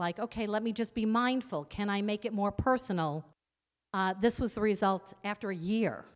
like ok let me just be mindful can i make it more personal this was the result after a year